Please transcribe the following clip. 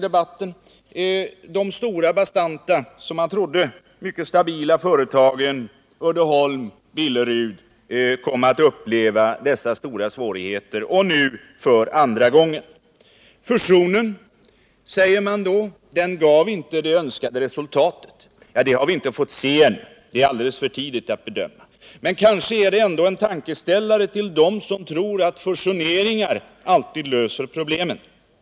De stora och som man trodde mycket stabila företagen Uddeholm och Billerud har kommit att uppleva stora svårigheter, nu för andra gången. Man säger att fusionen inte gav det önskade resultatet. Nå, det har vi inte fått se ännu. Det är alldeles för tidigt att bedöma utfallet. Men kanske är det ändå en tankeställare för dem som tror att fusioneringar alltid löser problemen.